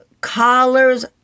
collars